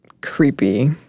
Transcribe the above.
creepy